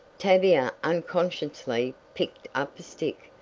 tavia unconsciously picked up a stick.